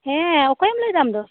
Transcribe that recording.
ᱦᱮᱸ ᱚᱠᱚᱭᱮᱞ ᱞᱟᱹᱭᱮᱫᱟ ᱟᱢ ᱫᱚ